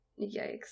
Yikes